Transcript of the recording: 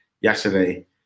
yesterday